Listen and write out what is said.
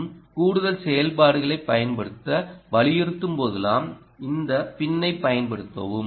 மற்றும் கூடுதல் செயல்பாடுகளைப் பயன்படுத்த வலியுறுத்தும்போதெல்லாம் இந்த பின்னைப் பயன்படுத்தவும்